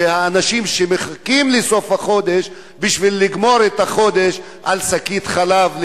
האנשים שמחכים לסוף החודש כדי לגמור את החודש על שקית חלב לילדים,